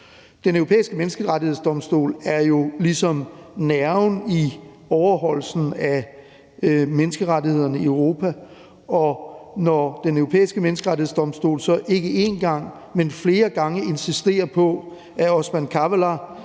Den Europæiske Menneskerettighedsdomstol er jo ligesom nerven i overholdelsen af menneskerettighederne i Europa, og når Den Europæiske Menneskerettighedsdomstol så ikke en gang, men flere gange insisterer på, at Osman Kavala